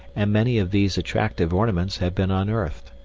and many of these attractive ornaments have been unearthed.